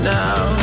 now